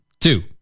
Two